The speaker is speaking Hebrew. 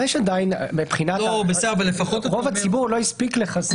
עדיין רוב הציבור לא הספיק לחסן.